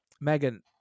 megan